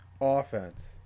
Offense